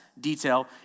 detail